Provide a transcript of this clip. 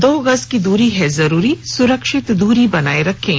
दो गज की दूरी है जरूरी सुरक्षित दूरी बनाए रखें